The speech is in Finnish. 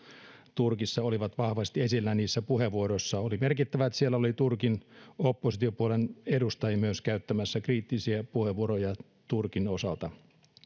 turkissa olivat vahvasti esillä niissä puheenvuoroissa oli merkittävää että siellä oli myös turkin oppositiopuolueen edustajia käyttämässä kriittisiä puheenvuoroja turkin osalta